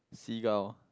seagull